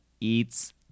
eats